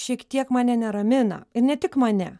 šiek tiek mane neramina ir ne tik mane